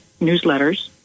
newsletters